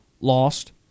Lost